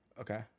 Okay